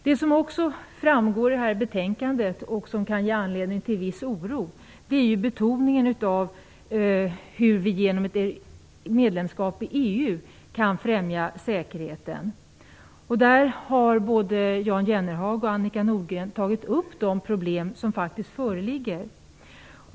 Det som också framgår av betänkandet, och som kan ge anledning till viss oro, är betoningen av hur vi genom ett medlemskap i EU kan främja säkerheten. Både Jan Jennehag och Annika Nordgren har tagit upp de problem som faktiskt föreligger.